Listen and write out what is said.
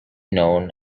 known